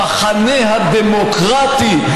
המחנה הדמוקרטי,